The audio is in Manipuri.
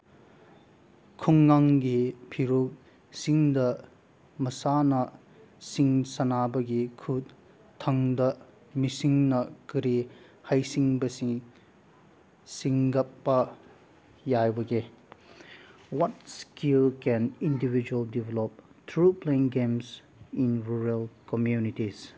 ꯈꯨꯡꯒꯪꯒꯤ ꯐꯨꯔꯨꯞꯁꯤꯡꯗ ꯃꯁꯥꯅꯁꯤꯡ ꯁꯥꯟꯅꯕꯒꯤ ꯈꯨꯠꯊꯥꯡꯗ ꯃꯤꯁꯤꯡꯅ ꯀꯔꯤ ꯍꯩꯁꯤꯡꯕꯁꯤ ꯁꯤꯡꯒꯠꯄ ꯌꯥꯕꯒꯦ what skill can individual develop through playing games in rural communities